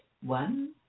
one